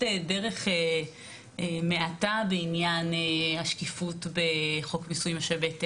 דרך מעטה בעניין השקיפות בחוק מיסוי משאבי טבע,